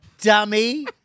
Dummy